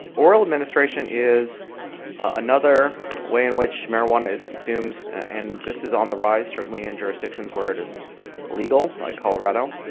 oral administration is another way in which marijuana is consumed. and this is on the rise, certainly in jurisdictions where it is legal, like colorado.